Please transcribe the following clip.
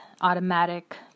automatic